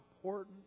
important